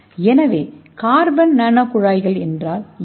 எனவே carbon nano குழாய்கள் என்றால் என்ன